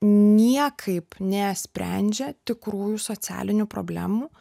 niekaip nesprendžia tikrųjų socialinių problemų